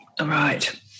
Right